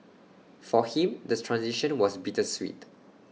for him the transition was bittersweet